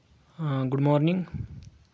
good morning